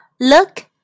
Look